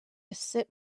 sip